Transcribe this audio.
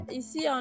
Ici